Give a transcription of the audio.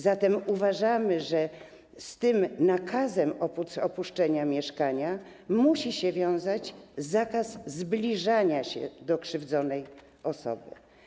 Zatem uważamy, że z tym nakazem opuszczenia mieszkania musi się wiązać zakaz zbliżania się do krzywdzonej osoby.